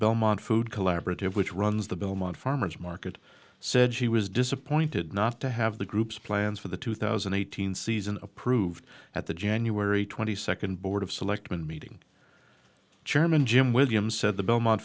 belmont food collaborative which runs the belmont farmer's market said she was disappointed not to have the group's plans for the two thousand eight hundred season approved at the january twenty second board of selectmen meeting chairman jim williams said the belmont